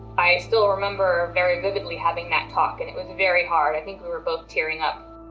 i still remember very vividly having that talk and it was very hard, i think we were both tearing up.